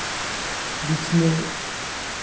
ᱵᱤᱪᱷᱱᱟᱹ